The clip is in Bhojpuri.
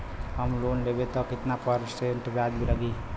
हम लोन लेब त कितना परसेंट ब्याज लागी?